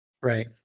Right